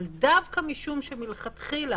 אבל דווקא משום שמלכתחילה